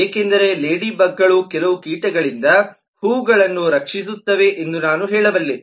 ಏಕೆಂದರೆ ಲೇಡಿಬಗ್ಗಳು ಕೆಲವು ಕೀಟಗಳಿಂದ ಹೂವುಗಳನ್ನು ರಕ್ಷಿಸುತ್ತವೆ ಎಂದು ನಾನು ಹೇಳಬಲ್ಲೆ